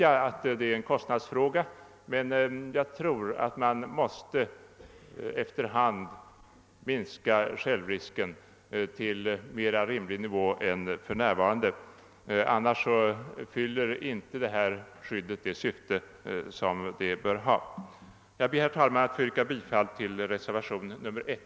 Jag vet att detta är en kostnadsfråga, men jag tror att man efter hand måste minska självrisken till en mera rimlig nivå, eftersom skyddet annars inte fyller det syfte det bör ha. Jag ber, herr talman, att få yrka bifall till reservationen 1.